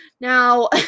now